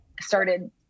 started